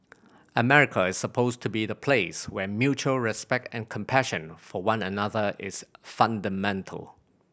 America is supposed to be the place where mutual respect and compassion for one another is fundamental